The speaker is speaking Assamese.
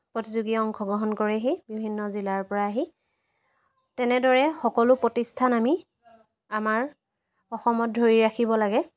প্ৰতিযোগীয়ে অংশগ্ৰহণ কৰেহি বিভিন্ন জিলাৰ পৰা আহি তেনেদৰে সকলো প্ৰতিষ্ঠান আমি আমাৰ অসমত ধৰি ৰাখিব লাগে